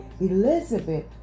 Elizabeth